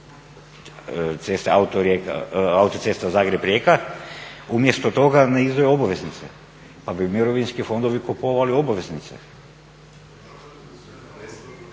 HAC i Autocesta Zagreb-Rijeka, umjesto toga ne izdaju obveznice pa bi mirovinski fondovi kupovali obveznice.